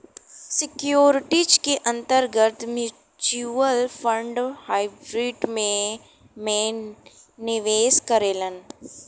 securities के अंतर्गत mutual fund hybrid में में निवेश करेलन